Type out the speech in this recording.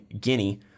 Guinea